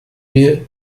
wir